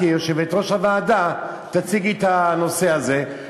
אתה מוזמן לישיבות הוועדה לקידום מעמד האישה.